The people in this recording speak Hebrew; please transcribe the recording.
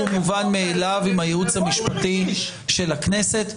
ומובן מאליו עם הייעוץ המשפטי של הכנסת.